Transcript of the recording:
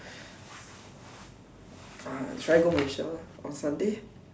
ah should I go Malaysia on Sunday